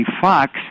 Fox